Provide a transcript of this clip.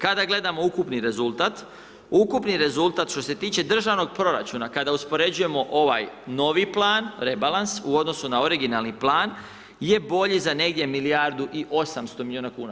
Kada gledamo ukupni rezultat, ukupni rezultat što se tiče državnog proračuna, kada uspoređujemo ovaj novi plan, rebalans, u odnosu na originalni plan, je bolji za negdje milijardu i 800 milijuna kuna.